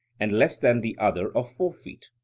and less than the other of four feet?